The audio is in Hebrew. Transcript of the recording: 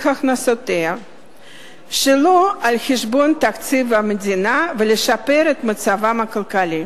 הכנסותיה שלא על חשבון תקציב המדינה ולשפר את מצבה הכלכלי.